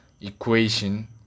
Equation